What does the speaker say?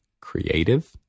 Creative